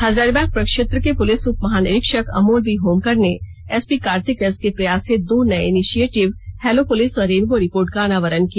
हजारीबाग प्रक्षेत्र के पुलिस उपमहानिरीक्षक अमोल वी होमकर ने एसपी कार्तिक एस के प्रयास से दो नए इनीशिएटिव हेलो पुलिस और रेनबो रिपोर्ट का अनावरण किया